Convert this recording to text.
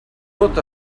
tot